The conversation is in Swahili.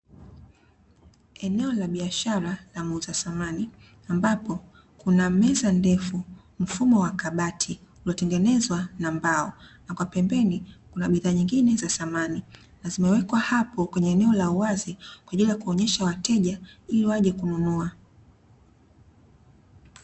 Eneo la biashara la muuza samani, ambapo kuna meza ndefu mfumo wa kabati uliotengezwa na mbao, na kwa pembeni kuna bidhaa nyingine za samani na zimewekwa hapo kwenye eneo la uwazi kwa ajili ya kuonyesha wateja ili waje kununua.